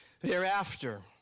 thereafter